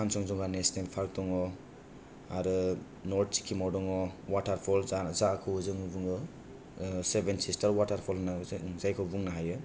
Kanchenjunga national park दङ आरो नर्द सिक्किमाव दङ अवाथार फल जा जाखौ जों बुङो सेभेन सिसटार अवाथार पल नो जोंं जायखौ बुंनो हायो